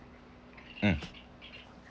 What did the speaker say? um